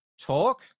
talk